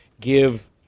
give